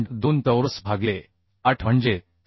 2 चौरस भागिले 8 म्हणजे 672